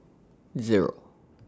Zero